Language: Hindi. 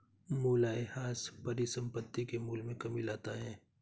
मूलयह्रास परिसंपत्ति के मूल्य में कमी लाता है